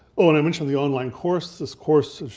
oh and i mentioned the online course, this course,